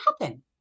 happen